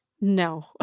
No